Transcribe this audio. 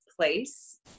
place